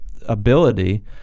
ability